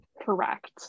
Correct